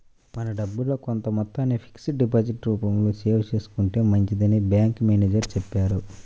మన డబ్బుల్లో కొంత మొత్తాన్ని ఫిక్స్డ్ డిపాజిట్ రూపంలో సేవ్ చేసుకుంటే మంచిదని బ్యాంకు మేనేజరు చెప్పారు